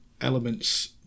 elements